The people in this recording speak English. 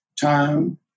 time